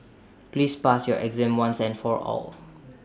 please pass your exam once and for all